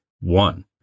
one